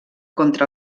contra